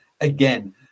again